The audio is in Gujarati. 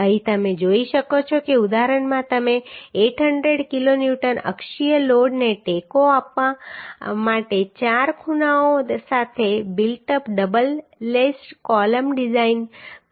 અહીં તમે જોઈ શકો છો કે ઉદાહરણમાં તમે 800 કિલોન્યુટનના અક્ષીય લોડને ટેકો આપવા માટે ચાર ખૂણાઓ સાથે built up double laced column design કરી શકો છો